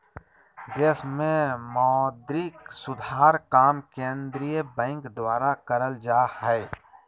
देश मे मौद्रिक सुधार काम केंद्रीय बैंक द्वारा करल जा हय